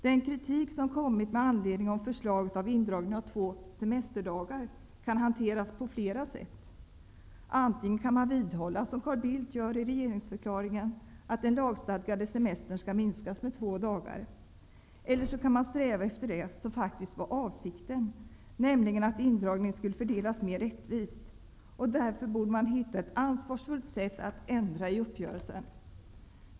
Den kritik som har kommit med anledning av förslaget om indragningen av två semesterdagar kan hanteras på flera sätt. Man kan, som Carl Bildt gör i regeringsförklaringen, vidhålla att den lagstadgade semestern skall minskas med två dagar. Eller också kan man sträva efter det som faktskt var avsikten, nämligen att indragningen skulle fördelas mer rättvist. Därför borde man ha hittat ett ansvarsfullt sätt att ändra i uppgörelsen.